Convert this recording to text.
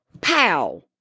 pow